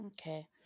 okay